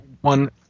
one –